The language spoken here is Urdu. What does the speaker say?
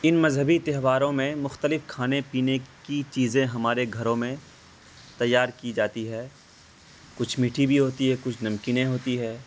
ان مذہبی تہواروں میں مختلف کھانے پینے کی چیزیں ہمارے گھروں میں تیار کی جاتی ہے کچھ میٹھی بھی ہوتی ہے کچھ نمکینیں ہوتی ہے